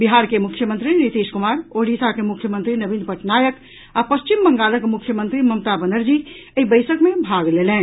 बिहार के मुख्यमंत्री नीतीश कुमार ओडिशा के मुख्यमंत्री नवीन पटनायक आ पश्चिम बंगालक मुख्यमंत्री ममता बनर्जी एहि बैसक मे भाग लेलनि